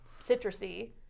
citrusy